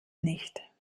nicht